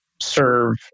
serve